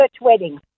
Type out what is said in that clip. wedding